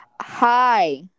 Hi